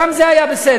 גם זה היה בסדר.